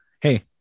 hey